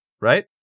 right